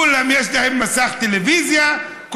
לכולם יש מסך טלוויזיה,